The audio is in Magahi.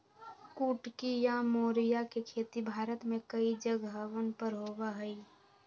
कुटकी या मोरिया के खेती भारत में कई जगहवन पर होबा हई